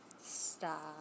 Stop